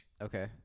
Okay